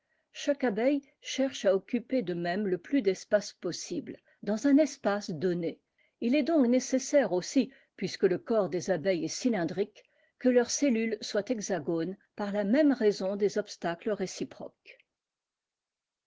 chaque abeille cherche à occuper de même le plus d'espace possible dans un espace donné il est donc nécessaire aussi puisque le corps des abeilles est cylindrique que leurs cellules soient hexagones par la même raison des obstacles réciproques